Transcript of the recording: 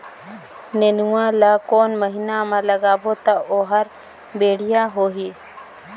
नेनुआ ला कोन महीना मा लगाबो ता ओहार बेडिया होही?